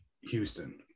houston